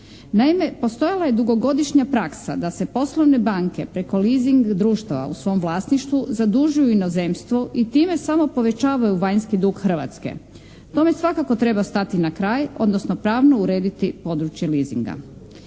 Naime, postojala je dugogodišnja praksa da se poslovne banke preko leasing društava u svom vlasništvu zadužuju u inozemstvu i time samo povećavaju vanjski dug Hrvatske. Tome svakako treba stati na kraj odnosno pravno urediti područje leasinga.